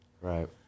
right